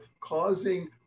causing